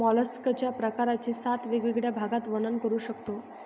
मॉलस्कच्या प्रकारांचे सात वेगवेगळ्या भागात वर्णन करू शकतो